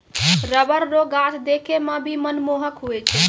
rubber रो गाछ देखै मे भी मनमोहक हुवै छै